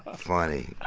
ah funny.